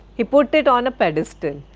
he put it on the pedestal.